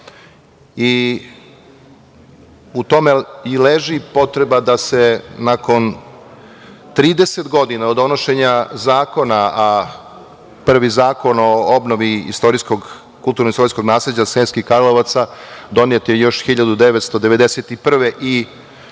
U tome i leži i potreba da se nakon 30 godina od donošenja zakona, a prvi Zakon o obnovi kulturno-istorijskog nasleđa Sremskih Karlovaca donet je još 1991.